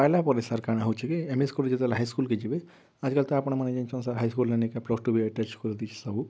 ପାଏଲା ପରେ ସାର୍ କା'ଣା ହେଉଛେ କି ଏମ୍ ଇ ସ୍କୁଲ୍ ଯେତେବେଲେ ହାଇସ୍କୁଲ୍ କେ ଯିବେ ଆଜିକାଲି ତ ଆପଣ୍ମାନେ ଜାନିଛନ୍ ସାର୍ ହାଇସ୍କୁଲ୍ ନେଇନିକା ପ୍ଲସ୍ ଟୁ ବି ଆଟାଚ୍ କରି ଦେଇଛେ ସବୁ